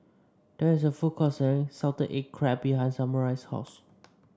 there is a food court selling Salted Egg Crab behind Samual's house